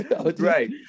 right